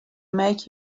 make